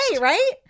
right